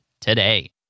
today